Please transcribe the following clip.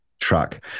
truck